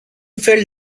felt